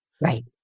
Right